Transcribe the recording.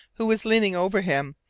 who was leaning over him,